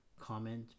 comment